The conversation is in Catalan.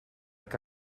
que